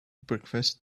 breakfast